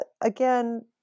again